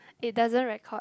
it doesn't record